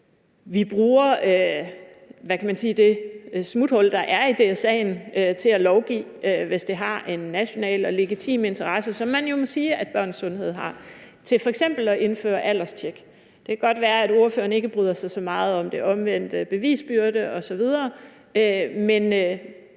vi bruger det smuthul, der er i DSA'en til at lovgive, hvis det har en national og legitim interesse, hvad man jo må sige at børns sundhed har, f.eks. til at indføre alderstjek? Det kan godt være, at ordføreren ikke bryder sig så meget om det; omvendt bevisbyrde osv. Men